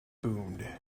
boomed